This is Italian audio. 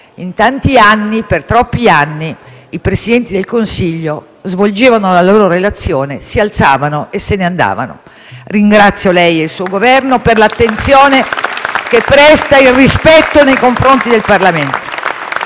in tanti anni - troppi - i Presidenti del Consiglio svolgevano la loro relazione, si alzavano e se ne andavano. Ringrazio lei e il suo Governo per l'attenzione che presta e il rispetto nei confronti del Parlamento.